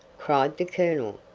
cried the colonel.